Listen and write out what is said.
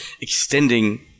extending